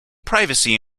privacy